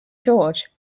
george